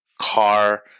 car